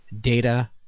data